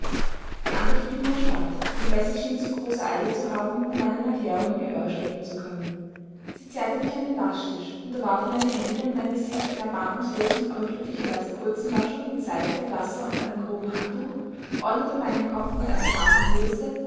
die antwort blieb mir erspart denn bessie schien zu große eile zu haben um meinen erklärungen gehör schenken zu können sie zerrte mich an den waschtisch unterwarf meine hände und mein gesicht einer erbarmungslosen aber glücklicherweise kurzen waschung mit seife wasser und einem groben handtuch ordnete meinen kopf mit einer scharfen bürste